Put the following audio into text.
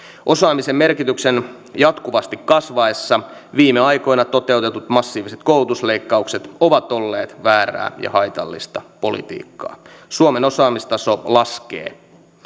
osaamisen merkityksen jatkuvasti kasvaessa viime aikoina toteutetut massiiviset koulutusleikkaukset ovat olleet väärää ja haitallista politiikkaa suomen osaamistaso laskee